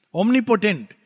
omnipotent